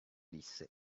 disse